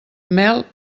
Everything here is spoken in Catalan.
mel